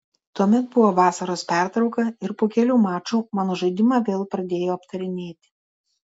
tuomet buvo vasaros pertrauka ir po kelių mačų mano žaidimą vėl pradėjo aptarinėti